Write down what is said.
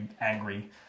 angry